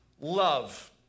love